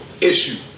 issue